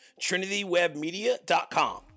trinitywebmedia.com